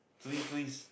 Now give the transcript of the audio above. three trees